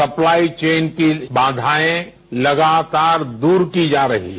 supply chain की बाधाएं लगातार दूर की जा रही हैं